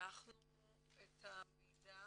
ואנחנו את המידע